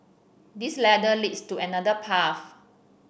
this ladder leads to another path